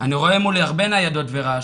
אני רואה מולי הרבה ניידות ורעש,